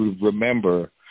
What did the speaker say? remember